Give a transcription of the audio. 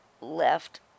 left